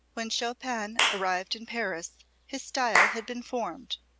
when chopin arrived in paris his style had been formed,